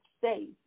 safe